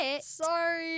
sorry